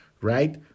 right